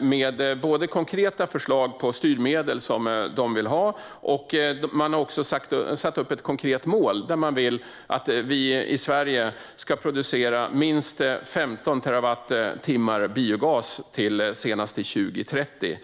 med konkreta förslag på styrmedel som de vill ha. De har också satt upp ett konkret mål och vill att vi i Sverige ska producera minst 15 terawattimmar biogas senast år 2030.